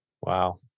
wow